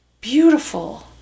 beautiful